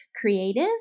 Creative